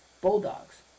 bulldogs